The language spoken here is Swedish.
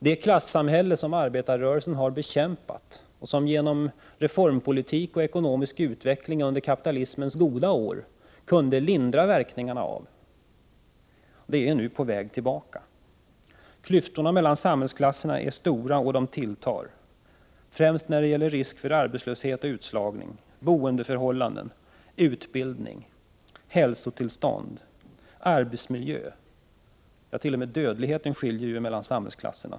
Det klassamhälle som arbetarrörelsen har bekämpat och som man genom reformpolitik och ekonomisk utveckling under kapitalismens goda år kunde lindra verkningarna av är nu på väg tillbaka. Klyftorna mellan samhällsklasserna är stora, och de tilltar — främst när det gäller risk för arbetslöshet och utslagning, boendeförhållanden, utbildning, hälsotillstånd och arbetsmiljö. Ja, t.o.m. när det gäller dödligheten skiljer det mellan samhällsklasserna.